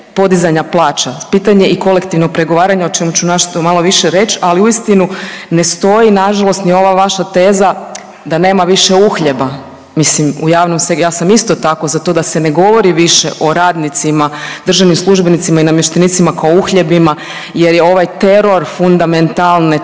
podizanja plaća, pitanje je i kolektivnog pregovaranja o čem ću…/Govornik se ne razumije/… malo više reć, ali uistinu ne stoji nažalost ni ova vaša teza da nema više uhljeba mislim u javnom se…, ja sam isto tako za to da se ne govori više o radnicima, državnim službenicima i namještenicima kao uhljebima jer je ovaj teror fundamentalne